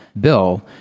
Bill